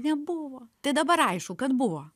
nebuvo tai dabar aišku kad buvo